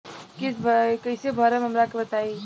किस्त कइसे भरेम हमरा के बताई?